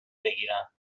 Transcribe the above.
بگیرم